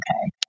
okay